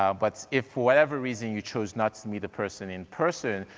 um but if for whatever reason you chose not to meet the person in person,